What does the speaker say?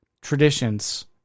traditions